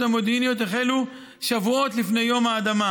המודיעיניות החלו שבועות לפני יום האדמה,